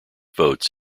votes